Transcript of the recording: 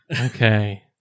Okay